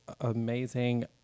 amazing